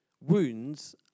Wounds